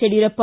Yediyurappa